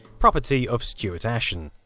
property of stuart ashen.